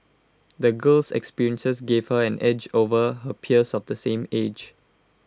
the girl's experiences gave her an edge over her peers of the same age